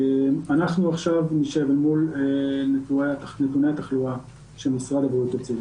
אנחנו עכשיו נשב אל מול נתוני התחלואה שמשרד הבריאות הוציא.